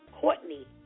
Courtney